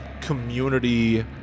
community